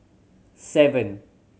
seven